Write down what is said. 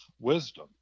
wisdom